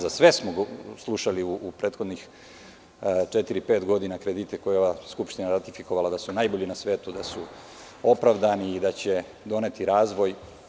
Za sve smo slušali u prethodne četiri, pet godine kredite koje je ova skupština ratifikovala da su najbolji na svetu, da su opravdani i da će doneti razvoj.